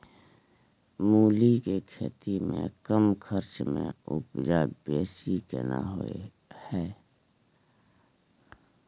मूली के खेती में कम खर्च में उपजा बेसी केना होय है?